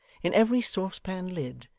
in every saucepan lid,